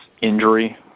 injury